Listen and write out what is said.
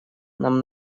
нам